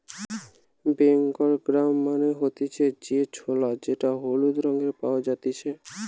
Bengal gram মানে হতিছে যে ছোলা যেটা হলুদ রঙে পাওয়া জাতিছে